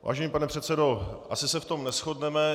Vážený pane předsedo, asi se v tom neshodneme.